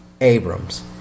Abrams